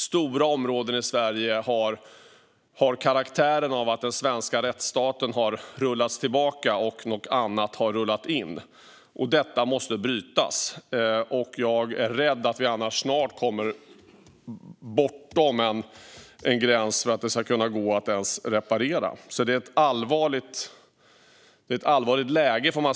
Stora områden i Sverige har karaktären av att den svenska rättsstaten har dragit sig tillbaka och något annat har rullat in. Detta måste brytas. Jag är rädd att vi annars snart kommer bortom en gräns för att det ska kunna repareras. Läget är alltså allvarligt.